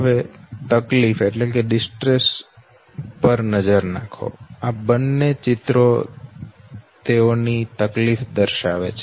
હવે તકલીફ પર નજર નાખો આ બંને છબીઓ તકલીફ દર્શાવે છે